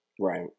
Right